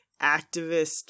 activist